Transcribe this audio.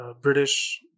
British